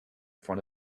front